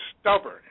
stubborn